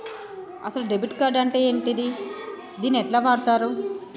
అసలు debit card అంటే ఏంటిది? దీన్ని ఎట్ల వాడుతరు?